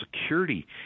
security